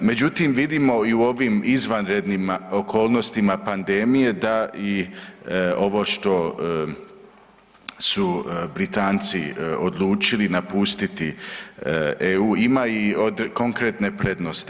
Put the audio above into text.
Međutim, vidimo i u ovim izvanrednim okolnostima pandemije da i ovo što su Britanci odlučili napustiti EU ima i konkretne prednosti.